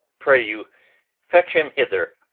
pray you fetch him hither.